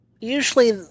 usually